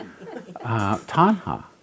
Tanha